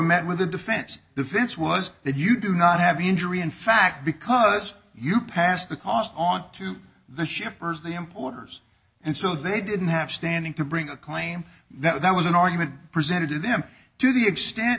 met with the defense the fence was that you do not have injury in fact because you pass the cost on to the shippers the importers and so they didn't have standing to bring a claim that was an argument presented to them to the extent